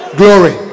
glory